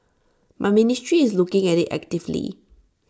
my ministry is looking at IT actively